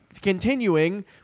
continuing